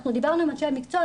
אנחנו דיברנו עם אנשי מקצוע,